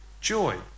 Joy